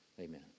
amen